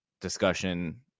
discussion